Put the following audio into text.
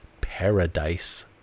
Paradise